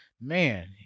man